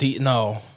No